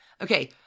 Okay